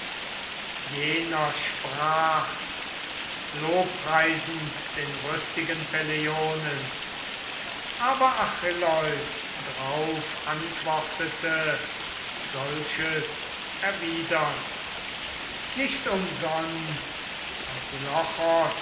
jener sprach's lobpreisend den rüstigen peleionen aber achilleus drauf antwortete solches erwidernd nicht umsonst